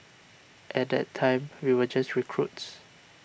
at that time we were just recruits